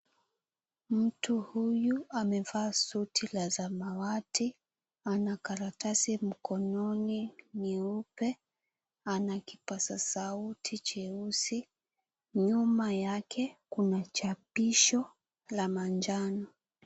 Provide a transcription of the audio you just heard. Mtu huyu amevaa suti la samawati. Ana karatasi mkononi nyeupe. Ana kipaza sauti cheusi. Nyuma yake kuna chapisho la manjano.